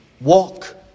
Walk